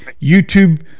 YouTube